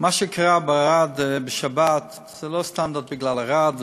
מה שקרה בערד בשבת זה לא סתם רק בגלל ערד,